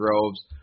Groves